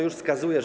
Już wskazuję.